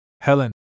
Helen